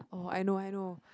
oh I know I know